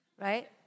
right